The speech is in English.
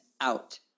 out